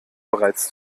bereits